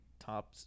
top